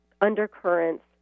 undercurrents